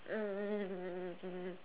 um